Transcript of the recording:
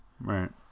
right